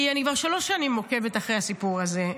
כי אני כבר שלוש שנים עוקבת אחרי הסיפור הזה,